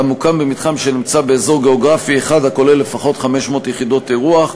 המוקם במתחם שנמצא באזור גיאוגרפי אחד וכולל לפחות 500 יחידות אירוח,